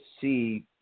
see